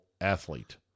athlete